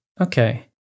Okay